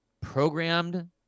programmed